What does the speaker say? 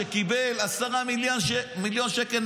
שקיבל 10 מיליון שקל,